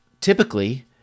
typically